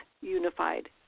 unified